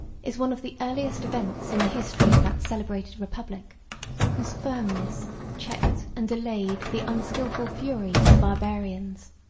is one of the earliest events in the history of that celebrated republic whose firmness checked and delayed the unskillful fury of the barbarians.